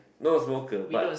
no smoker but